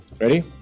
Ready